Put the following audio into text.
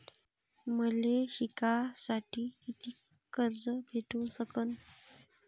मले शिकासाठी कितीक कर्ज भेटू सकन?